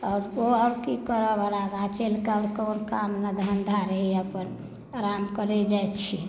ओ हम की करब चलि कऽ हम कोनो काम नहि धन्धा रहैया अपन आराम करै जाइ छी